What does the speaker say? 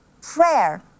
Prayer